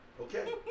okay